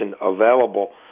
available